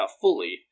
fully